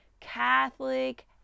catholic